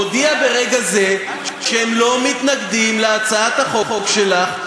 הודיעה ברגע זה שהם לא מתנגדים להצעת החוק שלך,